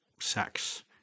sex